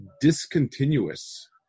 Discontinuous